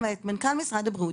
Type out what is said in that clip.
מנכ"ל משרד הבריאות,